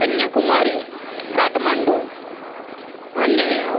કન્યાકુમારી કાઠમંડુ અને